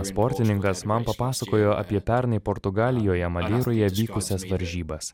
sportininkas man papasakojo apie pernai portugalijoje madeiroje vykusias varžybas